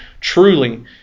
truly